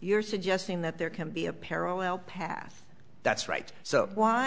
you're suggesting that there can be a parallel path that's right so why